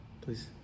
please